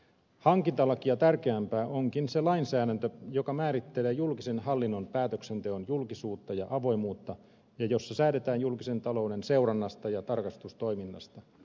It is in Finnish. hankintalakia tärkeämpää onkin se lainsäädäntö joka määrittelee julkisen hallinnon päätöksenteon julkisuutta ja avoimuutta ja jossa säädetään julkisen talouden seurannasta ja tarkastustoiminnasta